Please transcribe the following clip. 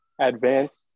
advanced